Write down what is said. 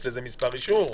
יש לזה מספר אישור,